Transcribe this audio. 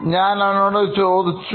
ഞാനവനോട് ചോദിച്ചു